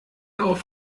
auf